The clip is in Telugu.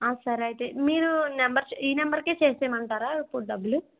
సరే అయితే మీరు నెంబర్స్ ఈ నెంబర్కే చేసేయమంటారా ఇప్పుడు డబ్బులు